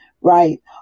right